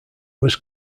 was